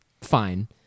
fine